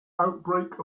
outbreak